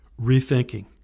rethinking